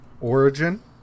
origin